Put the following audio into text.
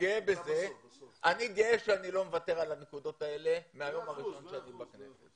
אני גאה בזה שאני לא מוותר על הנקודות האלה מהיום הראשון שאני בכנסת.